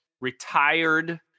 retired